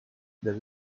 there